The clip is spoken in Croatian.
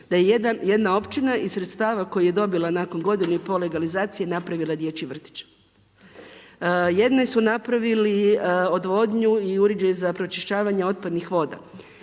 da je jedna općina iz sredstava koje je dobila nakon godinu i pol legalizacije napravila dječji vrtić. Jedni su napravili odvodnju i uređaj za pročišćavanje otpadnih voda.